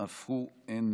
אף הוא איננו.